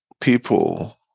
people